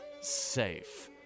safe